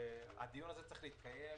הדיון הזה צריך להתקיים